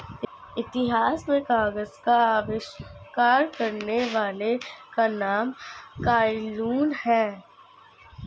इतिहास में कागज का आविष्कार करने वाले का नाम काई लुन है